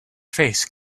face